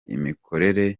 imikorere